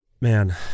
Man